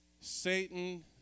Satan